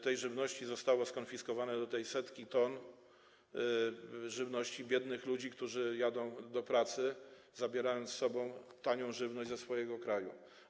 Tej żywności zostało skonfiskowane tutaj setki ton, żywności biednych ludzi, którzy jadą do pracy, zabierając ze sobą tanią żywność ze swojego kraju.